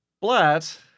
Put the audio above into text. Blatt